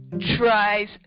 tries